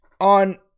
on